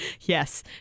Yes